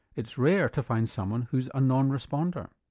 it's rare to find someone who's a non-responder.